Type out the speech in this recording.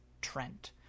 Trent